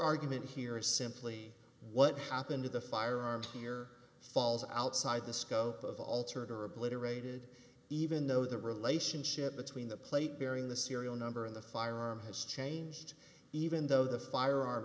argument here is simply what happened to the firearm here falls outside the scope of altered or obliterated even though the relationship between the plate bearing the serial number of the firearm has changed even though the firearm